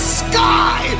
sky